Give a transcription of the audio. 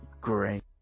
Great